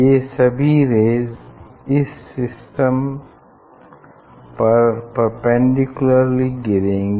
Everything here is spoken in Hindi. ये सभी रेज़ इस सिस्टम पर परपेंडिकुलरली गिरेंगी